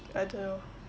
I don't know